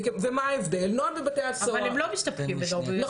אבל הם לא מסתפקים בנוהל בבתי הסוהר.